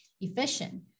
efficient